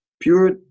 pure